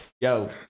Yo